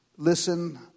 Listen